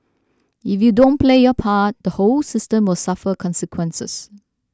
if you don't play your part the whole system will suffer consequences